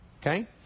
Okay